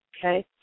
okay